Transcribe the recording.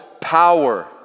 power